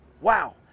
Wow